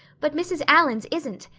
but mrs. allan's isn't,